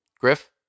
Griff